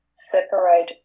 separate